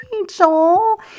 rachel